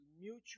mutual